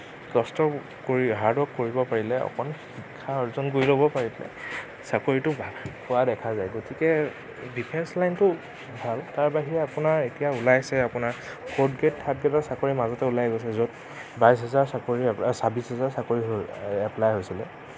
কষ্ট hard work কৰিব পাৰিলে অকণ শিক্ষা অৰ্জন কৰি ল'ব পাৰিলে চাকৰিটো ভাল পোৱা দেখা যায় গতিকে ডিফেঞ্চ লাইনটো ভাল তাৰ বাহিৰে আপোনাৰ এতিয়া ওলাইছে আপোনাৰ ফ'ৰ্থ গ্ৰেড থাৰ্ড গ্ৰেডৰ চাকৰি মাজতে ওলাই গৈছে য'ত বাইশ হাজাৰ চাকৰি ছাব্বিশ হাজাৰ চাকৰি হৈ এপ্লাই হৈছিলে